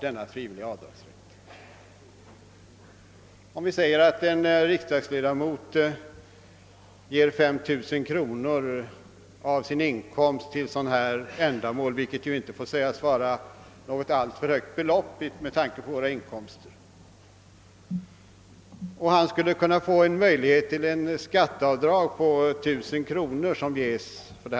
Låt mig som exempel ta en riksdagsledamot som ger 5000 kronor av sin inkomst till ett sådant ändamål — vilket inte får sägas vara något större belopp med tanke på våra inkomster — och som skulle kunna få en möjlighet till skatteavdrag på 1000 kronor för detta ändamål.